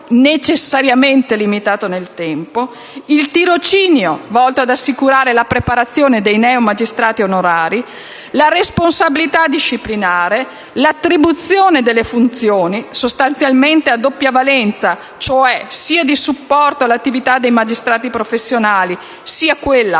necessariamente limitato nel tempo; il tirocinio, volto ad assicurare la preparazione dei neomagistrati onorari; la responsabilità disciplinare; l'attribuzione delle funzioni, sostanzialmente a doppia valenza, sia quelle di supporto all'attività dei magistrati professionali, sia quelle